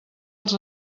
els